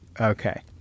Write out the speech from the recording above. Okay